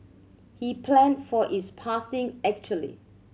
he planned for his passing actually